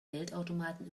geldautomaten